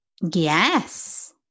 Yes